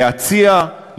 להציע,